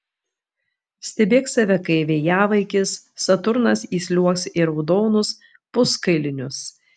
stebėk save kai vėjavaikis saturnas įsliuogs į raudonus puskailinius